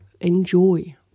Enjoy